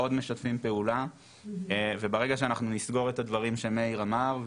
מאוד משתפים פעולה וברגע שאנחנו נסגור את הדברים שמאיר אמר,